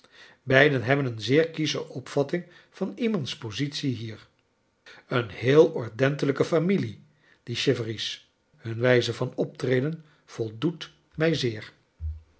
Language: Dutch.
beiden hebben een zeerkiesche opvatting van iernand's positie hier een heel ordentelijke familie die chivezvs hun wijze van op treden voldoet mij zeer